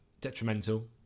detrimental